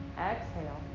exhale